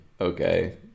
okay